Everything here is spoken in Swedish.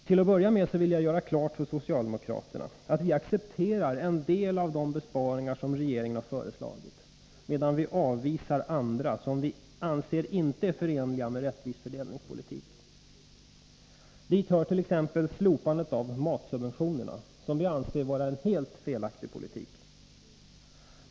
Till att börja med vill jag göra klart för socialdemokraterna att vi accepterar en del av de besparingar som regeringen har föreslagit, medan vi avvisar andra, som vi inte anser vara förenliga med en rättvis fördelningspolitik. Dit hör t.ex. slopandet av matsubventionerna, vilket vi anser vara en helt felaktig politik.